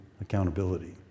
accountability